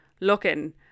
looking